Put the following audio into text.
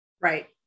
right